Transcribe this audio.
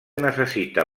necessita